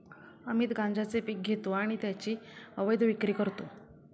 अमित गांजेचे पीक घेतो आणि त्याची अवैध विक्री करतो